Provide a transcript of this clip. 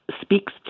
speaks